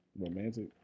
Romantic